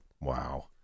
Wow